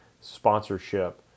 sponsorship